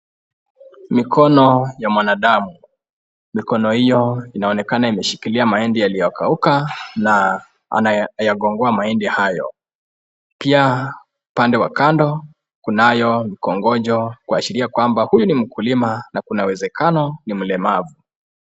Mikono ya mwanadamu. Mikono hiyo inaonekana imeshikilia mahindi yaliyo kauka na anayagongoa mahindi hayo. Pia upande wa kando kunayo mikongojo kuashiria ya kwamba huyu ni mkulima na kuna uwezekano ni mlemavu.